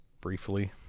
briefly